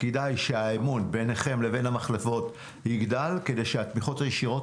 כדאי שהאמון ביניכם לבין המחלבות יגדל כדי שהתמיכות הישירות